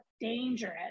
dangerous